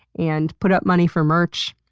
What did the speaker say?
and put up money for merch.